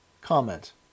Comment